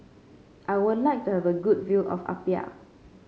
I would like to have a good view of Apia